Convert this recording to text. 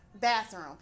bathroom